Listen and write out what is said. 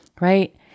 Right